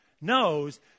knows